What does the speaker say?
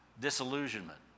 disillusionment